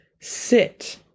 Sit